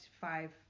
five